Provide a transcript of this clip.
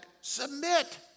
submit